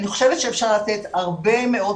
אני חושבת שאפשר לתת הרבה מאוד.